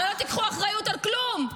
הרי לא תיקחו אחריות על כלום.